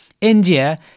India